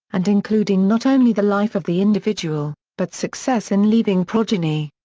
and including not only the life of the individual, but success in leaving progeny.